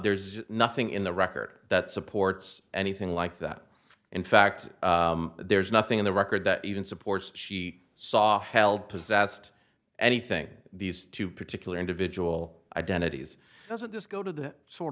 there's nothing in the record that supports anything like that in fact there's nothing in the record that even supports she saw held possessed anything these two particular individual identities doesn't this go to the sort